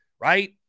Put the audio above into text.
Right